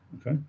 okay